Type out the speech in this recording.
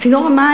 לגבי צינור המים,